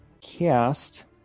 Cast